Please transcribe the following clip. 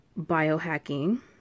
biohacking